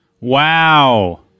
Wow